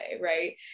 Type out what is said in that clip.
Right